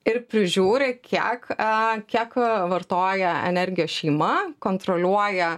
ir prižiūri kiek a kiek vartoja energiją šeima kontroliuoja